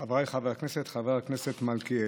חבריי חברי הכנסת, חבר הכנסת מלכיאלי,